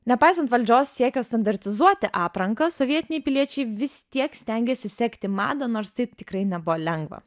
nepaisant valdžios siekio standartizuoti aprangą sovietiniai piliečiai vis tiek stengėsi sekti madą nors tai tikrai nebuvo lengva